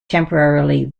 temporarily